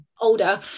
older